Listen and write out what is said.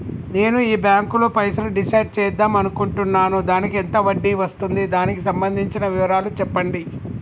నేను ఈ బ్యాంకులో పైసలు డిసైడ్ చేద్దాం అనుకుంటున్నాను దానికి ఎంత వడ్డీ వస్తుంది దానికి సంబంధించిన వివరాలు చెప్పండి?